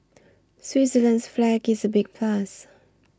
Switzerland's flag is a big plus